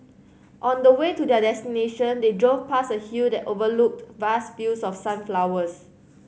on the way to their destination they drove past a hill that overlooked vast fields of sunflowers